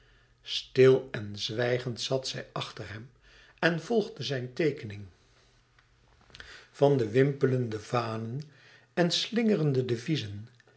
stil en zwijgend zat zij achter hem en volgde zijne teekening van de wimpelende vanen en slingerende